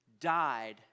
died